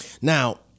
Now